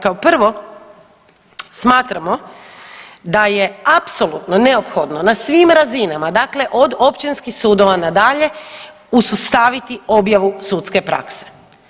Kao prvo smatramo da je apsolutno neophodno na svim razinama dakle od općinskih sudova na dalje usustaviti objavu sudske prakse.